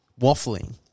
waffling